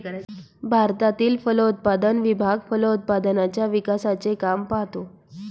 भारतातील फलोत्पादन विभाग फलोत्पादनाच्या विकासाचे काम पाहतो